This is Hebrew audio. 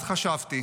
אז חשבתי.